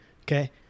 Okay